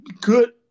good